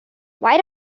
why